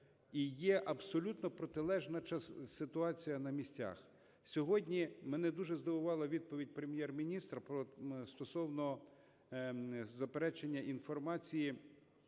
І є абсолютно протилежна ситуація на місцях. Сьогодні мене дуже здивувала відповідь Прем?єр-міністра стосовно заперечення інформації